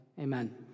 Amen